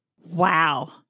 Wow